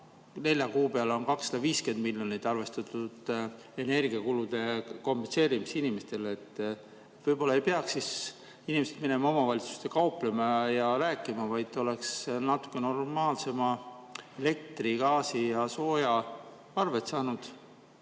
nelja kuu peale on 250 miljonit arvestatud energiakulude kompenseerimiseks inimestele. Võib-olla siis ei peaks inimesed minema omavalitsusse kauplema ja rääkima, vaid oleks natukene normaalsema elektri-, gaasi- ja soojaarved saanud